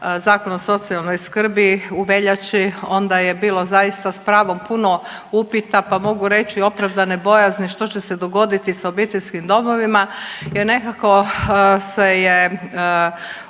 Zakon o socijalnoj skrbi u veljači, onda je bilo zaista sa pravom puno upita pa mogu reći opravdane bojazni što će se dogoditi sa obiteljskim domovima. Jer nekako se je u